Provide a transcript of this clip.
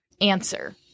answer